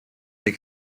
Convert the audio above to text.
they